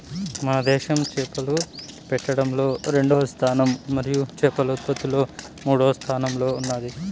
మన దేశం చేపలు పట్టడంలో రెండవ స్థానం మరియు చేపల ఉత్పత్తిలో మూడవ స్థానంలో ఉన్నాది